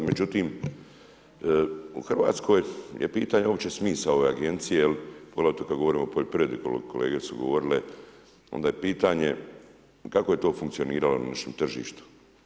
Međutim, u Hrvatskoj je pitanje uopće smisla ove agencije jer … govorimo o poljoprivredi, kolege su govorile, onda je pitanje kako je to funkcioniralo na našem tržištu.